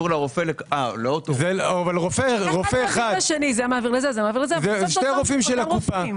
זה שני רופאים של הקופה.